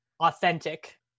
authentic